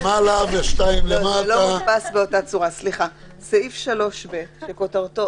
אותו הדבר בסעיף 4- סמכויות שוטר: